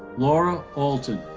laura alton.